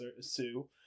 sue